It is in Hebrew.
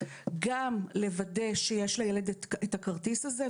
גם לוודא שיש לילד את הכרטיס הזה,